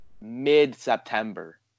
mid-September